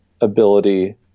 ability